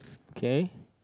K